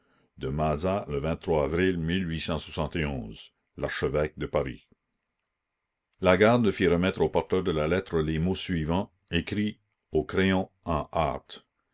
de mazas le larchevêque de paris lagarde fit remettre au porteur de la lettre les mots suivants écrits au crayon en hâte